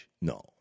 no